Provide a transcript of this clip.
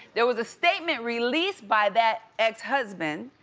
there was a statement released by that ex-husband,